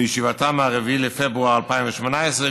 בישיבתה מ-4 בפברואר 2018,